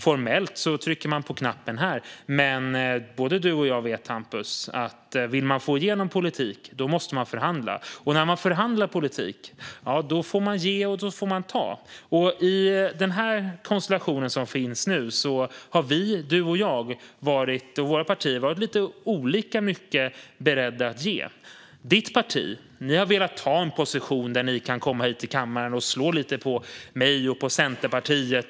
Formellt trycker man såklart på knappen här, men både du och jag vet att om man vill få igenom politik måste man förhandla. När man förhandlar politik får man ge och ta. I den konstellation som nu finns har våra båda partier varit beredda att ge olika mycket. Ditt parti, Hampus, har velat ha en position som gör att ni kan komma till kammaren och slå lite på mig och Centerpartiet.